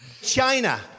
China